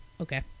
Okay